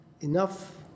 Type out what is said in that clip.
enough